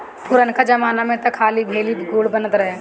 पुरनका जमाना में तअ खाली भेली, गुड़ बनत रहे